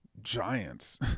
giants